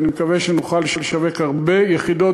ואני מקווה שנוכל לשווק הרבה יחידות